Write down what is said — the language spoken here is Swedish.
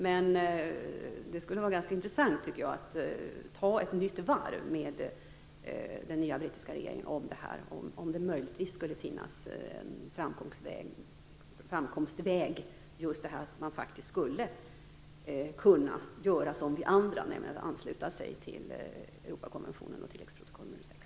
Men det skulle vara ganska intressant att ta ett nytt varv med den nya brittiska regeringen om det här. Möjligen finns det en framkomstväg just när det gäller detta med att man faktiskt skulle kunna göra som vi andra, nämligen ansluta sig till Europakonventionen och tilläggsprotokoll nr 6.